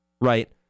right